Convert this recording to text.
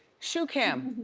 shoe cam.